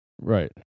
Right